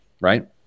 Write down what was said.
right